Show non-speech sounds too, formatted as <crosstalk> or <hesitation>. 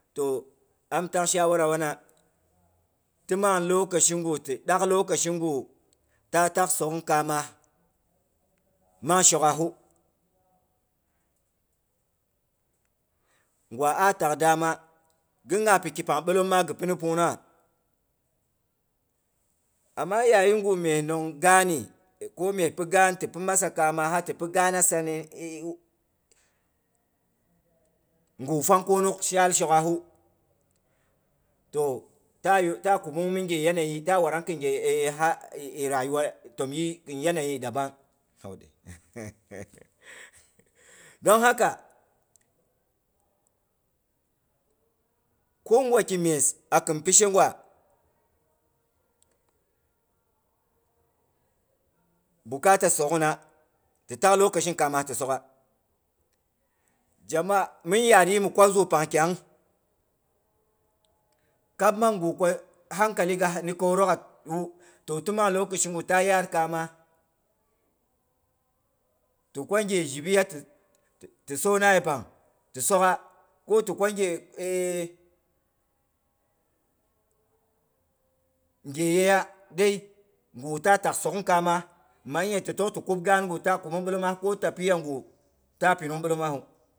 Toh am tag shawara wana timang lokashigu ti dak lokashi gu ta tak sogh ning kama, mang shokghah gwa a tak dama gin ngya piki pang bilomma ghi pina pungnungha. Amma yayigu mye nong gaani, ko mye pi gaan ti pi masa kamaha tipi gaana saa nii e wu, ngwu fang kunuk shaal shoghahu toh, ta ta kubun mhi nghe yanayi ta ha rayuwa to mhi yanayi dabam to dai <laughs> dong haka, ko ngwaki myes akin pishe ngwa, bukata sogh na, titak lokashin kama ti sogha. Jama'a min yaar yii mi kwa zuu pang kyang, kab mangu hankali ga ni koroghawu, toh tin mang lokashigu ta yaar kama, ti kwa nghe zhibiya ti sona yepang ti sogha ko ti kwa nghe <hesitation> nghe ye ya dei ngwu ta tak sogh ning kama man ya titok ti kub gaan gu ta kubung biloma, ko tapiya ngu ta pinung bilomahu